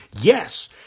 yes